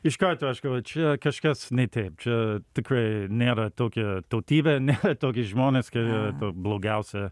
iš karto aišku va čia kažkas ne teip čia tikrai nėra tokia tautybė nėra tokie žmonės ka jie tau blogiausia